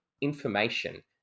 Information